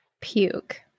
Puke